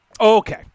Okay